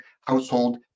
household